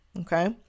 Okay